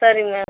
சரிங்க